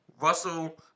Russell